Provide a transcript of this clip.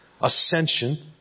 ascension